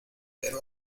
pero